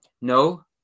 no